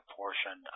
portion